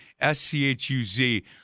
S-C-H-U-Z